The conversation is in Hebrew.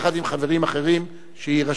יחד עם חברים אחרים שיירשמו.